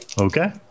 Okay